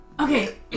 Okay